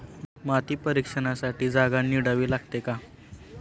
माती परीक्षणासाठी जागा निवडावी लागते का?